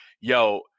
yo